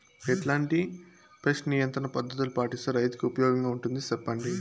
ఎట్లాంటి పెస్ట్ నియంత్రణ పద్ధతులు పాటిస్తే, రైతుకు ఉపయోగంగా ఉంటుంది సెప్పండి?